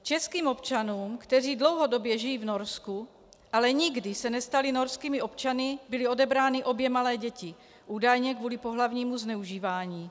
Českým občanům, kteří dlouhodobě žijí v Norsku, ale nikdy se nestali norskými občany, byly odebrány obě malé děti, údajně kvůli pohlavnímu zneužívání.